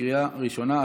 בקריאה ראשונה.